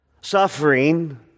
Suffering